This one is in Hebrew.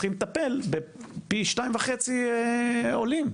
צריכים לטפל בפי שניים וחצי עולים.